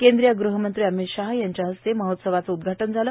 केंद्रीय गृहमंत्री अमित शाह यांच्या हस्ते महोत्सवाचं उदघाटन झालं